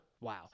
Wow